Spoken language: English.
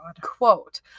Quote